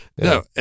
No